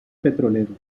petrolero